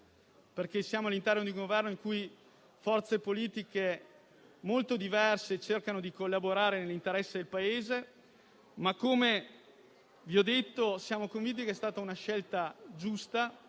infatti all'interno di Governo in cui forze politiche molto diverse cercano di collaborare nell'interesse del Paese, ma, come ho detto, siamo convinti che sia stata una scelta giusta,